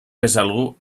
besalú